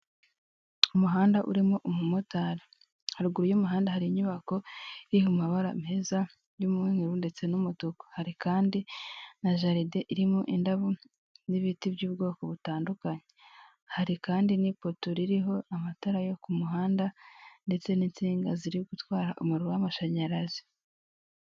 Umuhanda urimo umumotari haruguru y'umuhanda hari inyubako iri mu mabara meza y'umweru ndetse n'umutuku hari kandi na jaride irimo indabo n'ibiti by'ubwoko butandukanye hari kandi n'ipoto ririho amatara yo ku muhanda ndetse n'insinga ziri gutwara umuriro w'amashanyarazi.